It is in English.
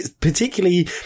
Particularly